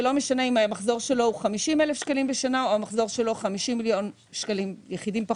וזה לא משנה אם המחזור שלו הוא 50,000 ₪ בשנה או 2 מיליון ₪ בשנה.